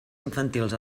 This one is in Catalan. infantils